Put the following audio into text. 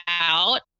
out